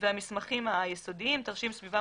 והמסמכים היסודיים תרשים סביבה,